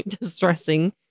distressing